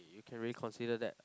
you can reconsider that